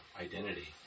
identity